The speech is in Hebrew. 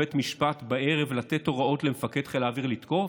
בבית משפט ובערב לתת הוראות למפקד חיל האוויר לתקוף".